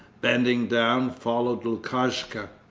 bending down, followed lukashka.